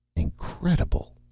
incredible.